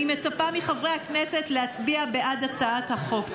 אני מצפה מחברי הכנסת להצביע בעד הצעת החוק.